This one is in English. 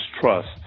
trust